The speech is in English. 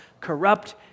corrupt